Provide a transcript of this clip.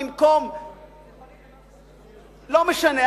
לא משנה,